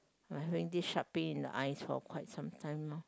I'm having this sharp pain in the eyes for quite some time now